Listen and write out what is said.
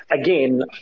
again